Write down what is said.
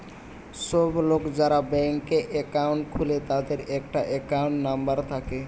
সব লোক যারা ব্যাংকে একাউন্ট খুলে তাদের একটা একাউন্ট নাম্বার থাকে